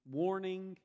warning